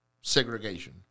segregation